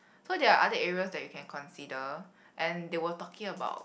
so there are other areas that you can consider and they will taking about